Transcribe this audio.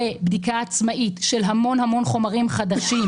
ובדיקה עצמאית של המון חומרים חדשים